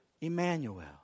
Emmanuel